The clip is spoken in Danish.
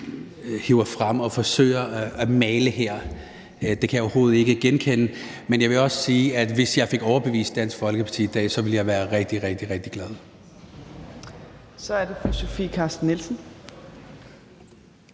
hiver frem og forsøger at male her – det kan jeg overhovedet ikke genkende. Men jeg vil også sige, at hvis jeg fik overbevist Dansk Folkeparti i dag, ville jeg være rigtig, rigtig glad.